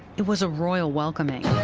it was a royal welcoming.